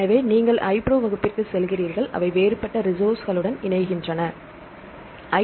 எனவே நீங்கள் iPro வகுப்பிற்குச் செல்கிறீர்கள் அவை வேறுபட்ட ரிசோர்ஸ்களுடன் இணைகின்றன